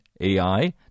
AI